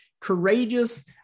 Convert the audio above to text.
courageous